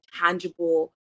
tangible